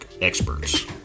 experts